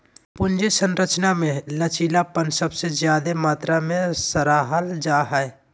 पूंजी संरचना मे लचीलापन सबसे ज्यादे मात्रा मे सराहल जा हाई